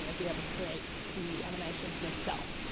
and be able to create the animations yourself.